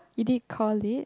you did core Lit